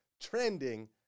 trending